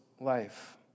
life